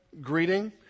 greeting